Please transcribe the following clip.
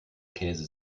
käse